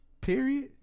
Period